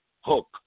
hook